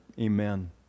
Amen